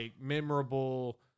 memorable